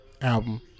album